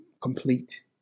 complete